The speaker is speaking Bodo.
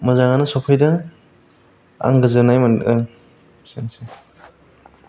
मोजाङानो सौफैदों आं गोजोननाय मोनदों एसेनोसै